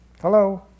Hello